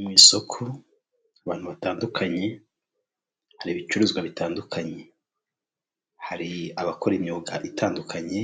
Mu isoko abantu batandukanye, hari ibicuruzwa bitandukanye, hari abakora imyuga itandukanye,